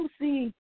see